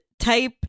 Type